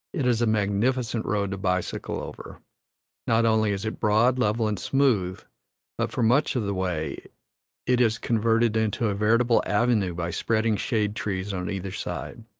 it is a magnificent road to bicycle over not only is it broad, level, and smooth, but for much of the way it is converted into a veritable avenue by spreading shade-trees on either side.